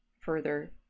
further